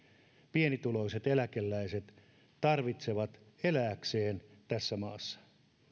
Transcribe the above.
pienituloiset eläkeläiset tarvitsevat elääkseen tässä maassa